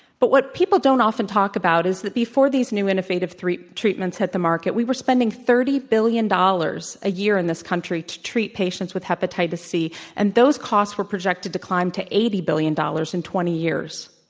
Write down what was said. but what people don't often talk about is that before these new, innovative treatments hit the market, we were spending thirty billion dollars a year in this country to treat patients with hepatitis c, and those costs were projected to climb to eighty billion dollars in twenty years.